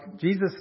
Jesus